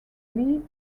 lee